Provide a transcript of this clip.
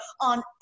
on